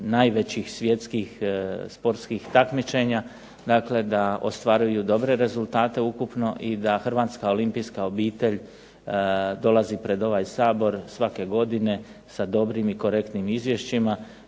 najvećih svjetskih sportskih takmičenja, dakle da ostvaruju dobre rezultate ukupno i da Hrvatska olimpijska obitelj dolazi pred ovaj Sabor svake godine sa dobrim i korektnim izvješćima.